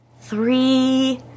three